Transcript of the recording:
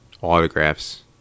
autographs